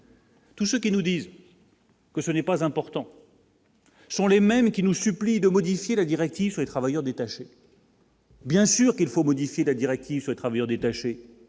Tous ceux qui nous disent. Que ce n'est pas important. Ce sont les mêmes qui nous supplient de modifier la directive sur les travailleurs détachés. Bien sûr qu'il faut modifier la directive sur les travailleurs détachés,